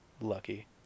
lucky